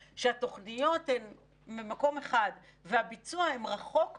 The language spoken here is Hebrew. שהתוכניות הן ממקום אחד והביצוע רחוק מזה,